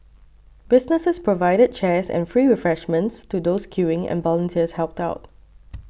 businesses provided chairs and free refreshments to those queuing and volunteers helped out